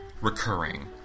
recurring